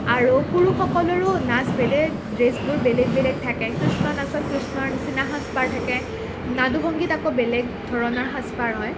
আৰু পুৰুষসকলৰো নাচ ভেদে ড্ৰেচবোৰ বেলেগ বেলেগ থাকে কৃষ্ণৰ নাচত কৃষ্ণৰ নিচিনা সাজ পাৰ থাকে নাদু ভংগীত আকৌ বেলেগ ধৰণৰ সাজ পাৰ হয়